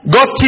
God